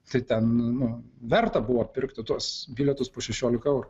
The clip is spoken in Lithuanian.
tai ten nu verta buvo pirkti tuos bilietus po šešiolika eurų